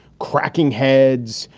cracking heads,